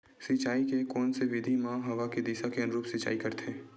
सिंचाई के कोन से विधि म हवा के दिशा के अनुरूप सिंचाई करथे?